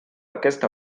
aquesta